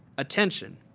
attention.